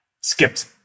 skipped